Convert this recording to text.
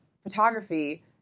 photography